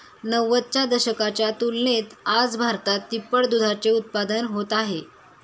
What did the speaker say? नव्वदच्या दशकाच्या तुलनेत आज भारतात तिप्पट दुधाचे उत्पादन होत आहे